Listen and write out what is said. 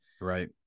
Right